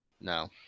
no